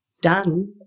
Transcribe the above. done